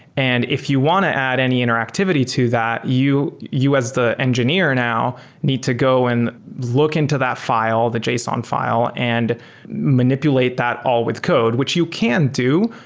and if you want to add any interactivity to that, you you as the engineer now need to go and look into that file, the json file and manipulate that all with code, which you can do,